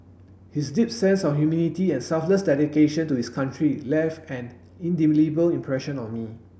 his deep sense of humility and selfless dedication to his country left an indelible impression on me